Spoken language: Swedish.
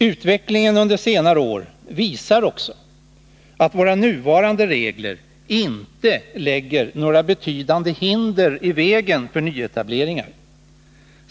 Utvecklingen under senare år visar också att våra nuvarande regler inte lägger några betydande hinder i vägen för nyetableringar.